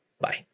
Bye